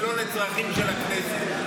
ולא לצרכים של הכנסת.